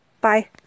bye